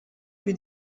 più